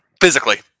Physically